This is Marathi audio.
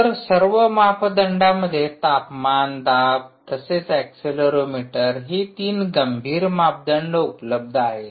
तर सर्व मापदंडांमध्ये तापमान दाब तसेच एक्सेलरोमीटर ही 3 गंभीर मापदंड उपलब्ध आहेत